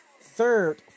third